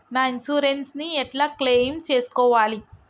నా ఇన్సూరెన్స్ ని ఎట్ల క్లెయిమ్ చేస్కోవాలి?